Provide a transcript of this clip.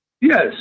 Yes